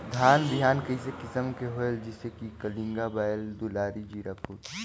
धान बिहान कई किसम के होयल जिसे कि कलिंगा, बाएल दुलारी, जीराफुल?